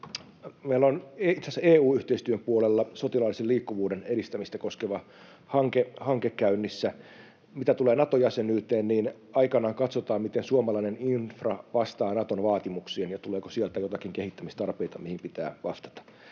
meillä on itse asiassa EU-yhteistyön puolella sotilaallisen liikkuvuuden edistämistä koskeva hanke käynnissä. Mitä tulee Nato-jäsenyyteen, niin aikanaan katsotaan, miten suomalainen infra vastaa Naton vaatimuksiin ja tuleeko sieltä jotakin kehittämistarpeita, mihin pitää vastata.